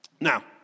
Now